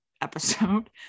episode